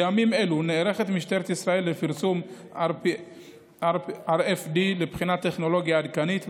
בימים אלו נערכת משטרת ישראל לפרסום RFD לבחינת טכנולוגיה עדכנית,